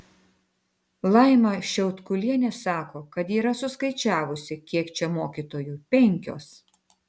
laima šiaudkulienė sako kad yra suskaičiavusi kiek čia mokytojų penkios